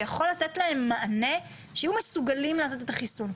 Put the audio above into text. שיכול לתת להם מענה שיהיו מסוגלים לעשות את החיסון,